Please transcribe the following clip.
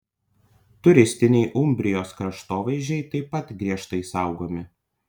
turistiniai umbrijos kraštovaizdžiai taip pat griežtai saugomi